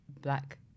black